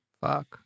Fuck